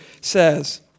says